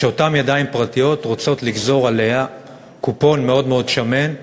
ואותן ידיים פרטיות רוצות לגזור עליה קופון מאוד מאוד שמן,